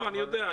אני יודע.